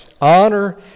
Honor